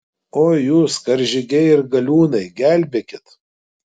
oi jūs karžygiai ir galiūnai gelbėkit